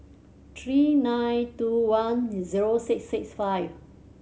three nine two one zero six six five